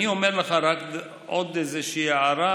אני אומר לך רק עוד איזושהי הערה,